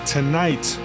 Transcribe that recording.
Tonight